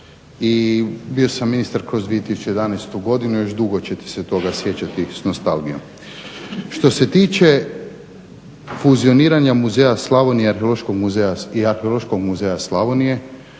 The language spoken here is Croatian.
i bio sam ministar kroz 2011.godinu, još dugo ćete se toga sjećati s nostalgijom. Što se tiče fuzioniranja muzeja Slavonija i Arheološkog muzeja Slavonije,